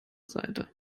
seite